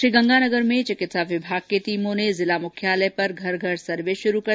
श्रीगंगानगर में चिकित्सा विमाग की टीमों ने जिला मुख्यालय पर घर घर जाकर सर्वे शुरू कर दिया है